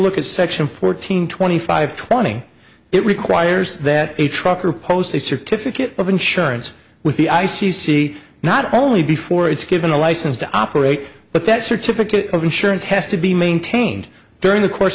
look at section fourteen twenty five twenty it requires that a trucker post a certificate of insurance with the i c c not only before it's given a license to operate but that certificate of insurance has to be maintained during the course